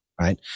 right